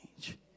change